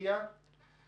לטל פודים ממינהל